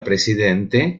presidente